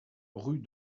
rue